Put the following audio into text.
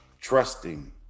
trusting